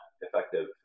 effective